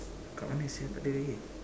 kat mana sia tak ada lagi